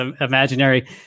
imaginary